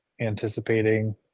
anticipating